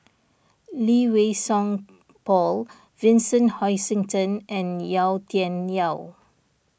Lee Wei Song Paul Vincent Hoisington and Yau Tian Yau